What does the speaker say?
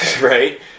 Right